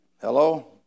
Hello